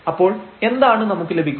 അപ്പോൾ എന്താണ് നമുക്ക് ലഭിക്കുക